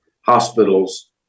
hospitals